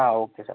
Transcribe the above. ആ okay sir